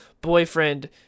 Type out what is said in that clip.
boyfriend